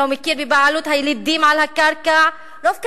לא מכיר בבעלות הילידים על הקרקע.